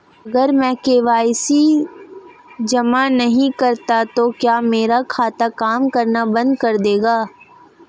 अगर मैं के.वाई.सी जमा नहीं करता तो क्या मेरा खाता काम करना बंद कर देगा?